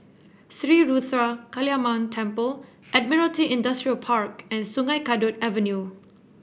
Sri Ruthra Kaliamman Temple Admiralty Industrial Park and Sungei Kadut Avenue